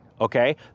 okay